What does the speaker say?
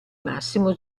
massimo